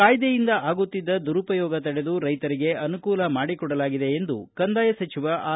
ಕಾಯ್ದೆಯಿಂದ ಆಗುತ್ತಿದ್ದ ದುರುಪಯೋಗ ತಡೆದು ರೈತರಿಗೆ ಅನುಕೂಲ ಮಾಡಿಕೊಡಲಾಗಿದೆ ಎಂದು ಕಂದಾಯ ಸಚಿವ ಆರ್